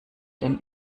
den